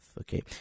Okay